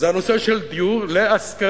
זה הנושא של דיור להשכרה.